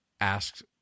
asked